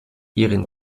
ihren